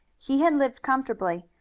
he had lived comfortably,